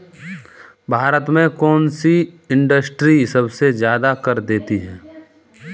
भारत में कौन सी इंडस्ट्री सबसे ज्यादा कर देती है?